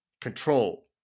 Control